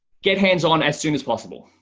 get hands on as soon as possible.